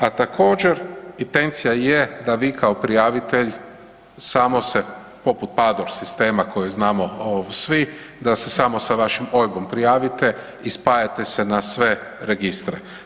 A također intencija je da vi kao prijavitelj samo se poput pador sistema kojeg znamo svi, da se samo sa vašim OIB-om prijavite i spajate se na sve registre.